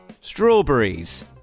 strawberries